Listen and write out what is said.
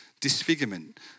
disfigurement